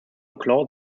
claude